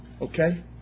okay